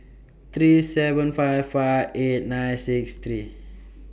three seven five five eight nine six three